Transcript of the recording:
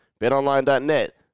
BetOnline.net